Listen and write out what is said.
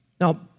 Now